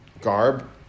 garb